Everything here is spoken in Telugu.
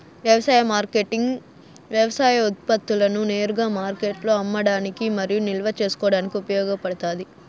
వ్యవసాయ మార్కెటింగ్ వ్యవసాయ ఉత్పత్తులను నేరుగా మార్కెట్లో అమ్మడానికి మరియు నిల్వ చేసుకోవడానికి ఉపయోగపడుతాది